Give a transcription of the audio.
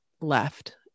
left